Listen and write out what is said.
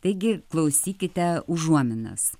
taigi klausykite užuominas